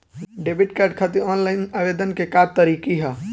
Debit card खातिर online आवेदन के का तरीकि ह?